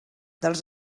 dels